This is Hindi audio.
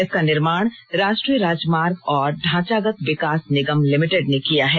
इसका निर्माण राष्ट्रीय राजमार्ग और ढांचागत विकास निगम लिमिटेड ने किया है